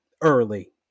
early